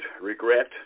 regret